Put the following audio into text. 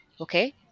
Okay